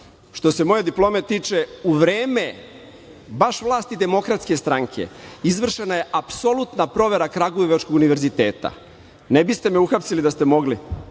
se moje diplome tiče, u vreme baš vlasti Demokratske stranke, izvršena je apsolutna provera Kragujevačkog univerziteta. Ne biste me uhapsili da ste mogli?